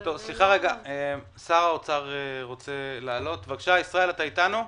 שר האוצר רוצה לעלות ולדבר.